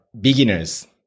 beginners